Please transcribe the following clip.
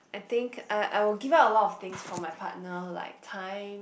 I think I I will give up a lot things for my partner like time